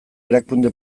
erakunde